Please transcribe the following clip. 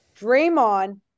Draymond